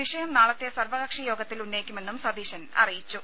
വിഷയം നാളത്തെ സർവ്വകക്ഷി യോഗത്തിൽ ഉന്നയിക്കുമെന്നും സതീശൻ അറിയിച്ചു